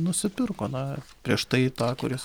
nusipirko na prieš tai tą kuris